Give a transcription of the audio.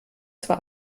zwar